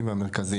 המרכזיים.